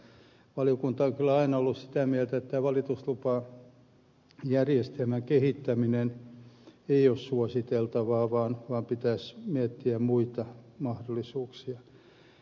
valiokunta on aina ollut sitä mieltä että valituslupajärjestelmään turvautuminen ei ole suositeltavaa vaan pitäisi miettiä muita mahdollisuuksia